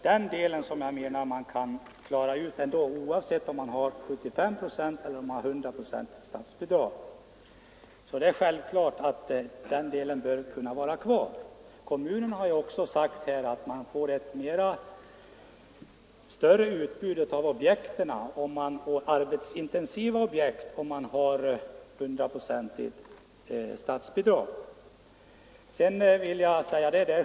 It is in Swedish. Den delen bör självfallet vara kvar oavsett om statsbidraget är 75 eller 100 procent. Kommunen har också sagt att man kan få mer arbetsintensiva objekt om statsbidrag utgår med 100 procent.